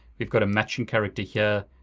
we've got a matching character here,